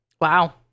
Wow